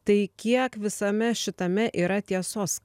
tai kiek visame šitame yra tiesos